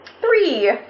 Three